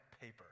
paper